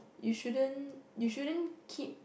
you shouldn't you shouldn't keep